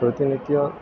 ಪ್ರತಿನಿತ್ಯ